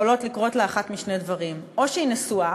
יכול לקרות לה אחד משני דברים: אם היא נשואה,